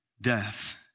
death